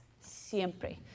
siempre